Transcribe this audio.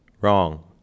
wrong